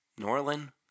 Norlin